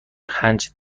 پنج